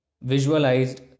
visualized